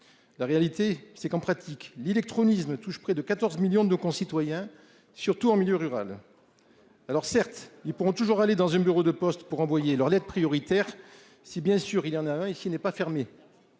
La réalité c'est qu'en pratique l'illectronisme touche près de 14 millions de nos concitoyens. Surtout en milieu rural. Alors certes, ils pourront toujours aller dans un bureau de poste pour envoyer leur lettre prioritaire. Si bien sûr il y en a un, il n'est pas fermée.